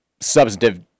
substantive